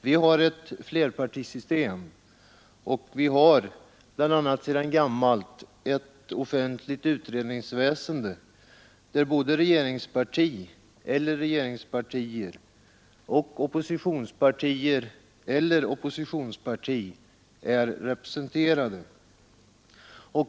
Vi har ett flerpartisystem och vi har bl.a. sedan gammalt ett offentligt utredningsväsende, där både regeringsparti, eller regeringspartier, och oppositionspartier, eller oppositionsparti, är representerade.